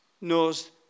knows